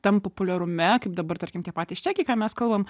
tam populiarume kaip dabar tarkim tie patys čekiai ką mes kalbam